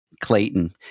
Clayton